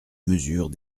mesure